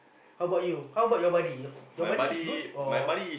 how about you how about your buddy your buddy is good or